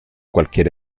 cualquier